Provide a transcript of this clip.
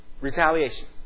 Retaliation